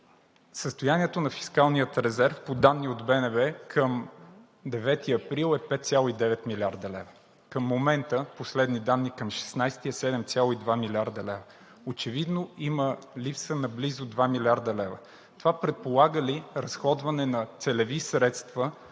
Състоянието на фискалния резерв по данни от БНБ към 9 април е 5,9 млрд. лв. Към момента – последни данни към 16 април, е 7,2 млрд. лв. Очевидно има липса на близо 2 млрд. лв. Това предполага ли разходване на целеви средства